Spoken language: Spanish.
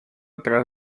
atrás